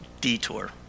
detour